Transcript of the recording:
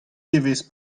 devezh